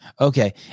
Okay